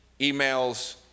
emails